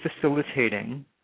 facilitating